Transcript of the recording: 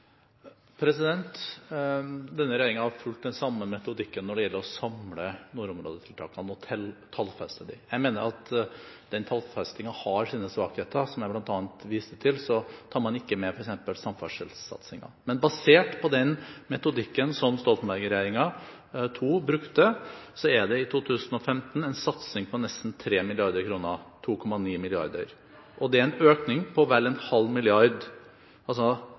Denne regjeringen har fulgt den samme metodikken når det gjelder å samle nordområdetiltakene og å tallfeste dem. Jeg mener at den tallfestingen har sine svakheter. Som jeg bl.a. viste til, tar man ikke med f.eks. samferdselssatsingen. Men basert på den metodikken som Stoltenberg II-regjeringen brukte, er det i 2015 en satsing på nesten 3 mrd. kr – 2,9 mrd. kr. Det er en økning på vel en halv milliard kroner, altså